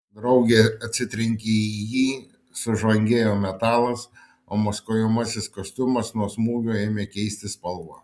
draugė atsitrenkė į jį sužvangėjo metalas o maskuojamasis kostiumas nuo smūgio ėmė keisti spalvą